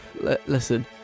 listen